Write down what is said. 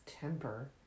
temper